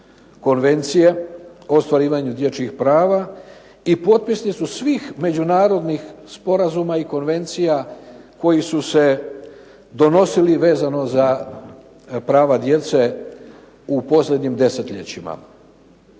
konvencije o ostvarivanju dječjih prava i potpisnicu svih međunarodnih sporazuma i konvencija koji su se donosili vezano za prava djece u posljednjim desetljećima.